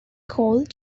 called